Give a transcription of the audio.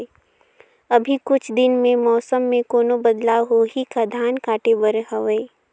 अभी कुछ दिन मे मौसम मे कोनो बदलाव होही का? धान काटे बर हवय?